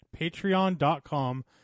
patreon.com